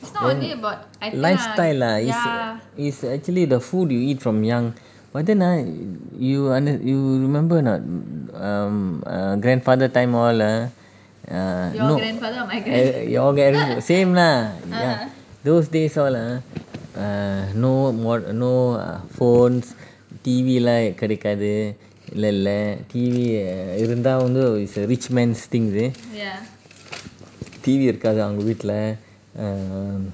then lifestyle lah is is actually the food you eat from young but then ah you und~ you remember not um err grandfather time all ah err no err your grand~ same lah ya those days all ah err no mo~ no err phones T_V லாம் கிடைக்காது இல்லல:laam kidaikathu illala T_V இருந்தா வந்து:iruntha vanthu it's a rich's man thing eh T_V இருக்காது அவங்க வீட்டுல:irukathu avanga veetula err